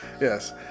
Yes